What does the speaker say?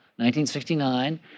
1969